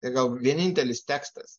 tai gal vienintelis tekstas